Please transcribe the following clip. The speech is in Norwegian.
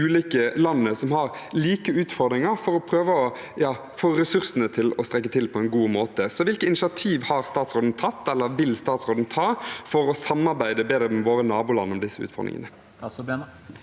ulike landene som har like utfordringer, for å prøve å få ressursene til å strekke til på en god måte. Hvilke initiativ har statsråden tatt, eller vil ta, for å samarbeide bedre med våre naboland om disse utfordringene?